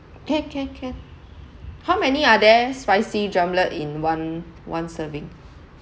can can can how many are there spicy drumlet in one one serving